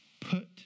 Put